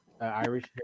Irish